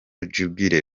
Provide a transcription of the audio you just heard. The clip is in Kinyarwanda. jubilee